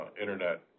internet